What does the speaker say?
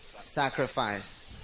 sacrifice